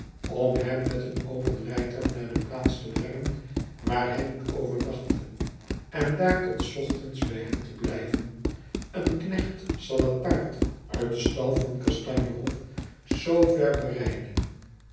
om hem met een open rijtuig naar de plaats te brengen waar hij moet overnachten endaar tot des ochtends bij hem te blijven een knecht zal het paard uit den stal van kastanje hof zoover berijden